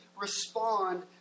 respond